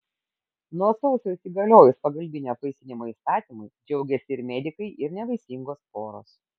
nuo sausio įsigaliojus pagalbinio apvaisinimo įstatymui džiaugėsi ir medikai ir nevaisingos poros